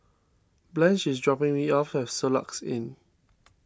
Blanch is dropping me off at Soluxe Inn